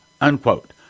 Unquote